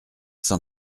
cent